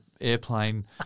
airplane